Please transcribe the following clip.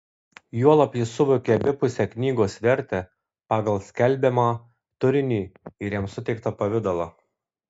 juolab jis suvokė abipusę knygos vertę pagal skelbiamą turinį ir jam suteiktą pavidalą